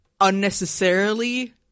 unnecessarily